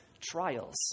trials